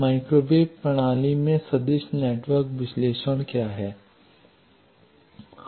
microwave प्रणाली में सदिश नेटवर्क विश्लेषण क्या है